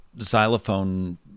xylophone